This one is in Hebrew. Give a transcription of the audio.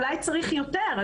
אולי צריך יותר.